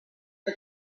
but